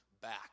back